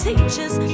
Teachers